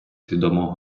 свідомого